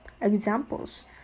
Examples